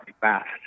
fast